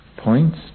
points